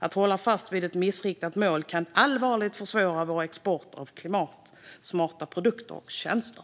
Att hålla fast vid ett missriktat mål kan allvarligt försvåra vår export av klimatsmarta produkter och tjänster."